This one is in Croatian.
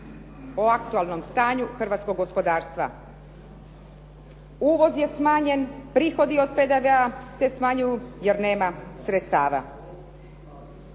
o aktualnom stanju hrvatskog gospodarstva. Uvoz je smanjen, prihodi od PDV-a se smanjuju jer nema sredstava.